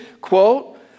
Quote